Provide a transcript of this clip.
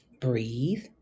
Breathe